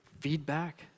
feedback